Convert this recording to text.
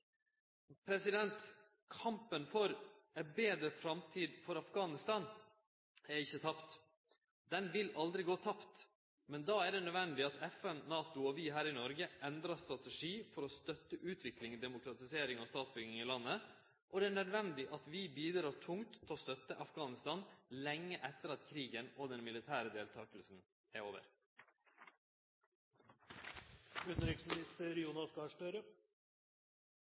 Kampen for ei betre framtid for Afghanistan er ikkje tapt. Han vil aldri gå tapt, men då er det nødvendig at FN, NATO og vi her i Noreg endrar strategi for å støtte utvikling, demokratisering og statsbygging i landet. Det er nødvendig at vi bidreg tungt til å støtte Afghanistan lenge etter at krigen og den militære deltakinga er